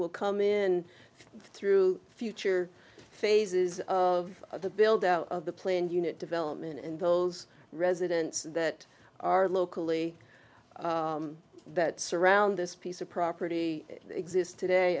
will come in through future phases of the build out of the planned unit development and bills residents that are locally that surround this piece of property exist today